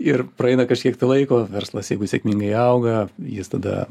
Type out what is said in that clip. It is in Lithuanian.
ir praeina kažkiek tai laiko verslas jeigu sėkmingai auga jis tada